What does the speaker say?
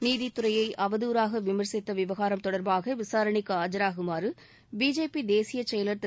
நீதித்துறையை அவதுாறாக விமர்சித்த விவகாரம் தொடர்பாக விசாரணைக்கு ஆஜாகுமாறு பிஜேபி தேசியச் செயலாளர் திரு